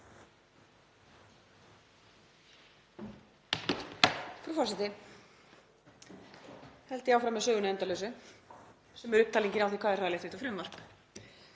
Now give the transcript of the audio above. Frú forseti. Held ég áfram með söguna endalausu sem er upptalningin á því hvað er hræðilegt við þetta frumvarp.